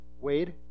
Wade